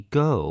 go